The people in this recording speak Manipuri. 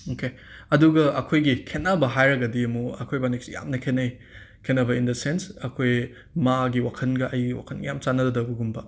ꯑꯣꯍꯀꯦ ꯑꯗꯨꯒ ꯑꯩꯈꯣꯏꯒꯤ ꯈꯦꯠꯅꯕ ꯍꯥꯏꯔꯒꯗꯤ ꯑꯃꯨꯛ ꯑꯩꯈꯣꯏꯕꯥꯅꯤꯁꯦ ꯌꯥꯝꯅ ꯈꯦꯠꯅꯩ ꯈꯦꯠꯅꯕ ꯏꯟ ꯗ ꯁꯦꯟꯁ ꯑꯩꯈꯣꯏ ꯃꯥꯒꯤ ꯋꯥꯈꯟꯒ ꯑꯩꯒꯤ ꯋꯥꯈꯟꯒ ꯌꯥꯝ ꯆꯥꯟꯅꯗꯕꯒꯨꯝꯕ